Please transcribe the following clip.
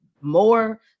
more